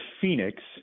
phoenix